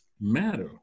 matter